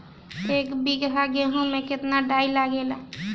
एक बीगहा गेहूं में केतना डाई लागेला?